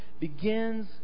begins